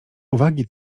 uwagi